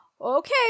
Okay